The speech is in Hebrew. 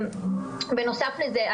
בנוסף לזה,